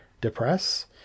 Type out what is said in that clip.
depress